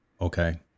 okay